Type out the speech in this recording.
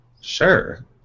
Sure